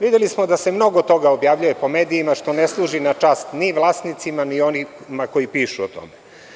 Videli smo da se mnogo toga objavljuje po medijima, što ne služi na čast ni vlasnicima ni onima koji pišu o tome.